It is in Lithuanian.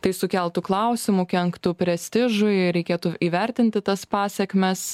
tai sukeltų klausimų kenktų prestižui reikėtų įvertinti tas pasekmes